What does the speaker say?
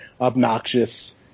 obnoxious